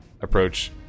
approach